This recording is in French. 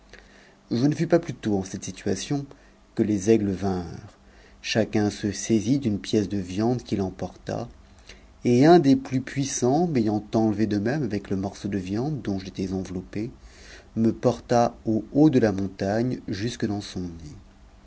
je ne fus pas plutôt en cette situation que les aigles vinrent chacun se saisit d'une pièce de viande qu'il emporta et un des plus puisas m'ayant enlevé de même avec le morceau de viande dont j'étais oveioppë me porta au haut de la montagne jusque dans son nid